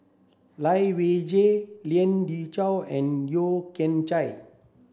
Lai Weijie Lien Ying Chow and Yeo Kian Chye